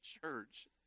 church